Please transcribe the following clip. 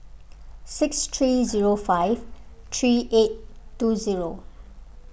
six three zero five three eight two zero